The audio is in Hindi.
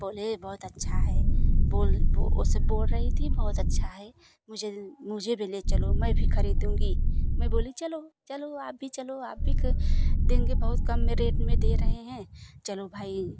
बोले बहुत अच्छा है बोल बोल उसे बोल रही थी रही थी बहुत अच्छा है मुझे भी ले चलो मैं भी खरीदूंगी मैं बोली चलो आप भी चलो आप भी देंगें बहुत कम रेट में दे रहे है चलो भाई